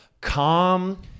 calm